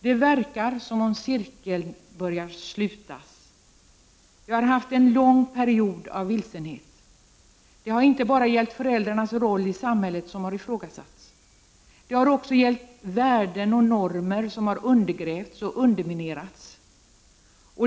Det verkar som om cirkeln börjar slutas. Vi har haft en period av vilsenhet. Det är inte bara föräldrarnas roll i samhället som har ifrågasatts, utan det har också gällt värden och normer som undergrävts och underminerats.